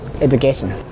Education